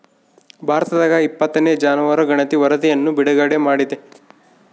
ಭಾರತದಾಗಇಪ್ಪತ್ತನೇ ಜಾನುವಾರು ಗಣತಿ ವರಧಿಯನ್ನು ಬಿಡುಗಡೆ ಮಾಡಿದೆ